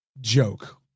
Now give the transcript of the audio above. joke